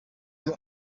ngo